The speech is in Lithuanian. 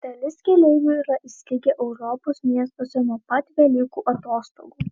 dalis keleivių yra įstrigę europos miestuose nuo pat velykų atostogų